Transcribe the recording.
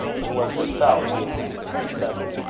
it was herself he had seen in the study.